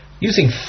Using